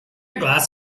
glass